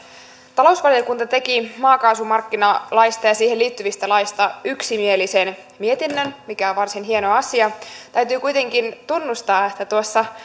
talousvaliokunta teki maakaasumarkkinalaista ja siihen liittyvistä laeista yksimielisen mietinnön mikä on varsin hieno asia täytyy kuitenkin tunnustaa että tuossa